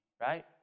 right